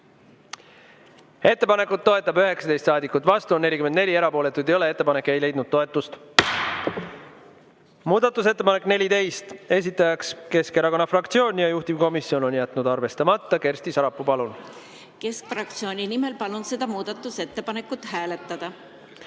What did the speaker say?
Ettepanekut toetab 18 saadikut, vastu on 45, erapooletuid ei ole. Ettepanek ei leidnud toetust. 13. muudatusettepanek, esitaja on Eesti Keskerakonna fraktsioon, juhtivkomisjon on jätnud arvestamata. Kersti Sarapuu, palun! Keskfraktsiooni nimel palun seda muudatusettepanekut hääletada